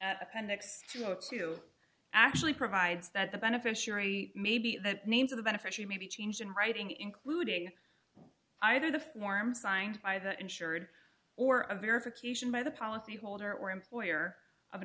at appendix two of two actually provides that the beneficiary maybe the names of the benefit she may be changed in writing including either the form signed by the insured or a verification by the policy holder or employer of an